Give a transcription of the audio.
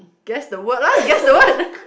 guess the word lah guess the word